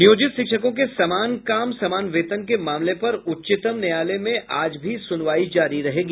नियोजित शिक्षकों के समान काम समान वेतन के मामले पर उच्चतम न्यायालय में आज भी सुनवाई जारी रहेगी